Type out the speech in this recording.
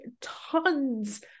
tons